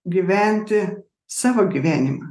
gyventi savo gyvenimą